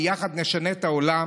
ויחד נשנה את העולם.